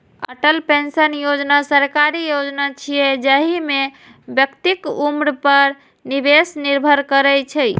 Atal pension योजना सरकारी योजना छियै, जाहि मे व्यक्तिक उम्र पर निवेश निर्भर करै छै